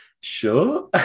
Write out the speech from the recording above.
Sure